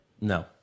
No